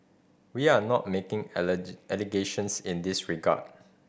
we are not making allegations in this regard